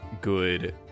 good